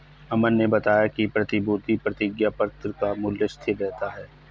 अमन ने बताया कि प्रतिभूति प्रतिज्ञापत्र का मूल्य स्थिर रहता है